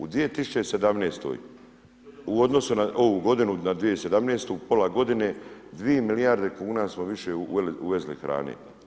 U 2017. u odnosu na ovu godinu na 2017. pola godine 2 milijarde kuna smo više uvezli hrane.